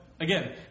again